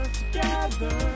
together